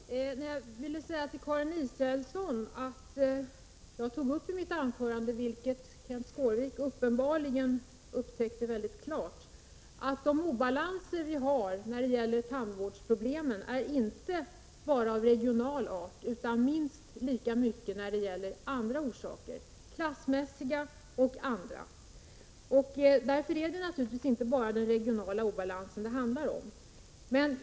Herr talman! Jag vill säga till Karin Israelsson att jag i mitt anförande tog upp — vilket uppenbarligen Kenth Skårvik upptäckte mycket lätt — att de obalanser vi har när det gäller tandvården inte bara är av regional art utan minst lika ofta av annat slag. Orsakerna är både klassmässiga och andra. Därför är det inte bara regional obalans det handlar om.